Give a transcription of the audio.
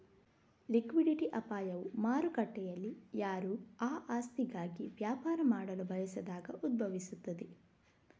liquidity ಅಪಾಯವು ಮಾರುಕಟ್ಟೆಯಲ್ಲಿಯಾರೂ ಆ ಆಸ್ತಿಗಾಗಿ ವ್ಯಾಪಾರ ಮಾಡಲು ಬಯಸದಾಗ ಉದ್ಭವಿಸುತ್ತದೆ